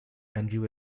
andrew